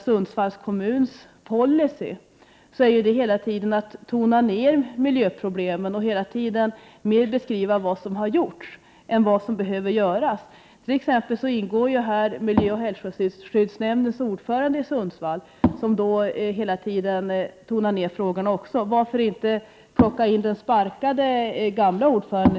Sundsvalls kommuns policy är hela tiden att tona ned miljöproblemen och mer beskriva vad som har gjorts än vad som behöver göras. Här ingår t.ex. miljöoch hälsoskyddsnämndens ordförande i Sundsvall, som också tonar ned de här frågorna. Varför inte i stället plocka in t.ex. den sparkade, gamle ordföranden?